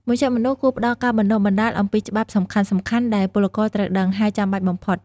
មជ្ឈមណ្ឌលគួរផ្តល់ការបណ្តុះបណ្តាលអំពីច្បាប់សំខាន់ៗដែលពលករត្រូវដឹង ហើយចាំបាច់បំផុត។